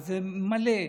וזה מלא,